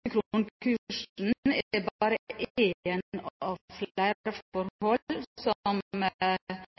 er bare ett av flere forhold som